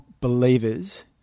believers